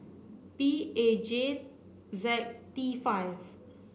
P A J Z T five